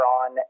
on